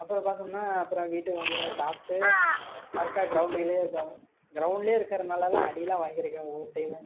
அப்புறம் பார்த்தோம்னா அப்புறம் வீட்டுக்கு வந்துவிடுவேன் சாப்பிட்டு மறுக்கா கிரௌண்ட்டுலயே இருப்பேன் கிரௌண்ட்லையே இருக்கிறதுனாலலாம் அடிலாம் வாங்கியிருக்கேன் ஒவ்வொரு டைமு